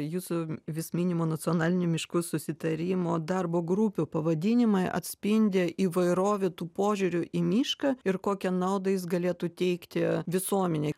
jūsų vis minimo nacionalinio mišku susitarimo darbo grupių pavadinimai atspindi įvairovę tų požiūrių į mišką ir kokią naudą jis galėtų teikti visuomenei